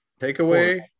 Takeaway